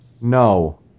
No